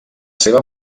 seva